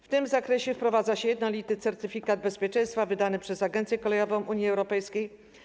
W tym zakresie wprowadza się jednolity certyfikat bezpieczeństwa wydany przez Agencję Kolejową Unii Europejskiej.